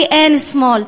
כי אין שמאל,